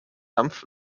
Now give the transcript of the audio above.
dampf